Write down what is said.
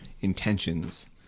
intentions